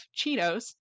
Cheetos